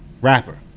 rapper